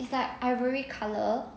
it's like ivory color